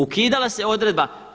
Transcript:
Ukidala se odredba.